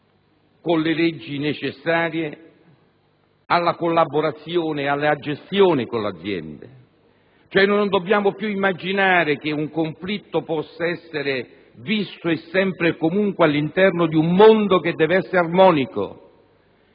con le leggi necessarie, alla collaborazione e alla gestione delle aziende. Non dobbiamo più immaginare che un conflitto possa essere visto sempre e comunque all'interno di un mondo che deve essere armonico.